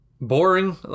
Boring